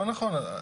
נכון,